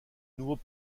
nouveaux